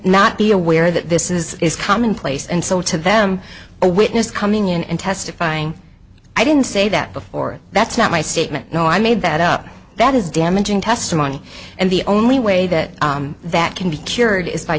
not be aware that this is is commonplace and so to them a witness coming in and testifying i didn't say that before that's not my statement no i made that up that is damaging testimony and the only way that that can be cured